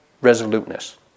resoluteness